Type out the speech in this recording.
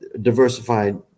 diversified